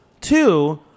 Two